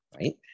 right